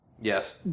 Yes